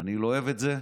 אני לא אוהב את זה.